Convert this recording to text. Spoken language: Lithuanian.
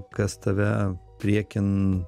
kas tave priekin